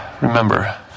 Remember